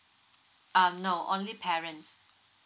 um no only parents